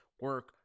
Work